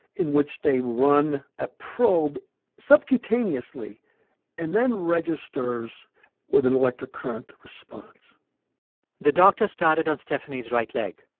in which they run a probe subcutaneously and then registers with an electric current response the doctor started on stephanie's right leg